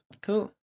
Cool